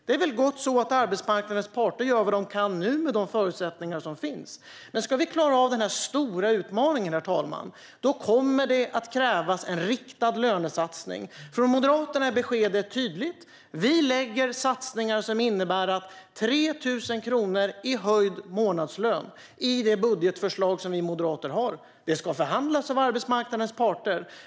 Det är gott så att arbetsmarknadens parter nu gör vad de kan med de förutsättningar som finns. Men ska vi klara av den stora utmaningen, herr talman, kommer det att krävas en riktad lönesatsning. Från Moderaterna är beskedet tydligt. Vi lägger i det budgetförslag som vi moderater har fram satsningar som innebär 3 000 kronor i höjd månadslön. Det ska förhandlas av arbetsmarknadens parter.